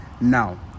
now